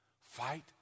Fight